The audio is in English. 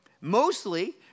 Mostly